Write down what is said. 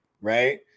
right